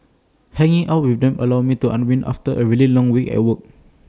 hanging out with them allows me to unwind after A really long week at work